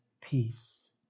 peace